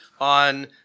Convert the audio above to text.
on